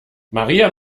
maria